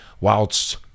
whilst